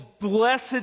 ...Blessed